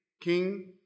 King